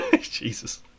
jesus